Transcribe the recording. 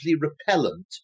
repellent